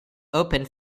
opened